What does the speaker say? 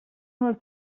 vols